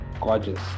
gorgeous